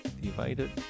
divided